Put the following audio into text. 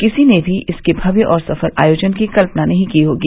किसी ने भी इसके भव्य और सफल आयोजन की कल्पना नहीं की होगी